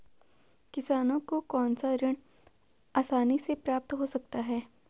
किसानों को कौनसा ऋण आसानी से प्राप्त हो सकता है?